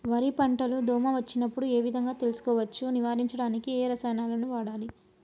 వరి పంట లో దోమ వచ్చినప్పుడు ఏ విధంగా తెలుసుకోవచ్చు? నివారించడానికి ఏ రసాయనాలు వాడాలి?